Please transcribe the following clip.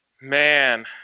Man